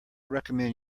recommend